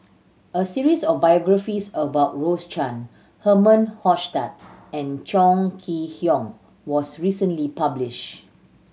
a series of biographies about Rose Chan Herman Hochstadt and Chong Kee Hiong was recently publish